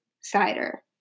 cider